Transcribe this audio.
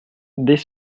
des